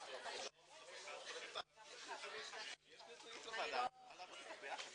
הקודמת ארכה מעבר למה שתכננו.